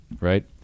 right